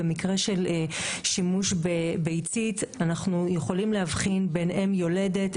במקרה של שימוש בביצית אנחנו יכולים להבחין בין אם יולדת,